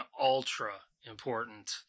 ultra-important